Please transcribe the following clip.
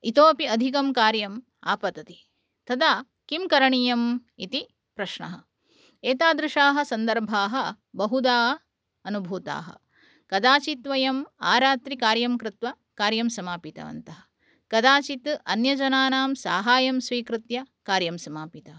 इतोपि अधिकं कार्यम् आपतति तदा किं करणीयम् इति प्रश्नः एतादृशाः सन्दर्भाः बहुधा अनुभूताः कदाचित् वयम् आरात्रि कार्यं कृत्वा कार्यं समापितवन्तः कदाचित् अन्यजनानां सहाय्यं स्वीकृत्य कार्यं समापितवन्तः